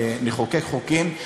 נחוקק חוקים,